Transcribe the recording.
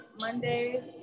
Monday